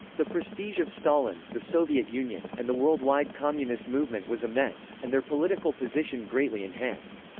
the prestige of stalin, the soviet union, and the worldwide communist movement was immense, and their political position greatly enhanced.